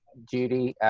judy.